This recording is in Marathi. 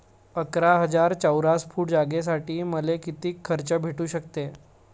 अकरा हजार चौरस फुट जागेसाठी मले कितीक कर्ज भेटू शकते?